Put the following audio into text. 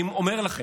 אני אומר לכם: